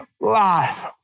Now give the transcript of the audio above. life